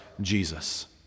Jesus